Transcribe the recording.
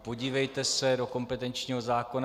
Podívejte se do kompetenčního zákona.